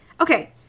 okay